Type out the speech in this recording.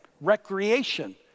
Recreation